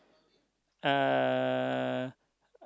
uh